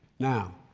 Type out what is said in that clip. now,